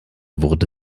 wurde